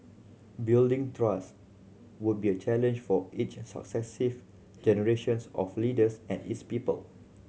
building trust would be a challenge for each successive generations of leaders and its people